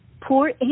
poor